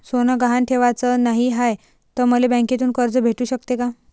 सोनं गहान ठेवाच नाही हाय, त मले बँकेतून कर्ज भेटू शकते का?